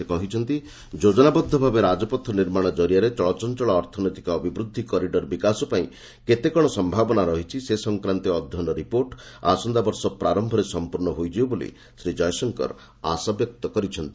ସେ କହିଛନ୍ତି ଯୋଜନାବଦ୍ଧ ଭାବେ ରାଜପଥ ନିର୍ମାଣ ଜରିଆରେ ଚଳଚଞ୍ଚଳ ଅର୍ଥନୈତିକ ଅଭିବୃଦ୍ଧି କରିଡ଼ର ବିକାଶ ପାଇଁ କେତେ କ'ଣ ସମ୍ଭାବନା ରହିଛି ସେ ସଂକ୍ରାନ୍ତୀୟ ଅଧ୍ୟୟନ ରିପୋର୍ଟ ଆସନ୍ତା ବର୍ଷ ପ୍ରାରମ୍ଭରେ ସମ୍ପର୍ଷ୍ଣ ହୋଇଯିବ ବୋଲି ଶ୍ରୀ ଜୟଶଙ୍କର ଆଶା ବ୍ୟକ୍ତ କରିଛନ୍ତି